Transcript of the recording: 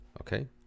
okay